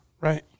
Right